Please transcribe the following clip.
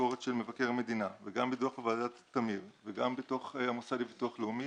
הביקורת של מבקר המדינה וגם בדוח ועדת תמיר וגם במוסד לביטוח לאומי